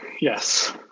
Yes